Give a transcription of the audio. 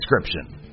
description